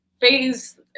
Phase